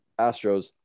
Astros